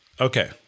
Okay